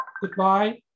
Goodbye